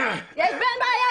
יש ואין בעיה,